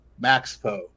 Maxpo